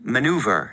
Maneuver